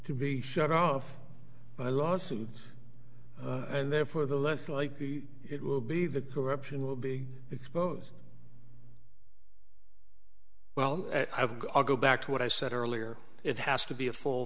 to be shut off by lawsuits and therefore the less likely it will be the corruption will be exposed well i've got to go back to what i said earlier it has to be a full